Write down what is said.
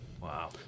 Wow